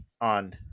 on